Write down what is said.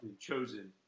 chosen